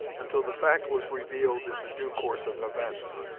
until the fact was revealed in the due course of events.